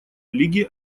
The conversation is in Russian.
лиги